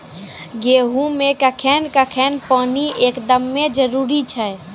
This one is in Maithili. गेहूँ मे कखेन कखेन पानी एकदमें जरुरी छैय?